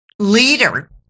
Leader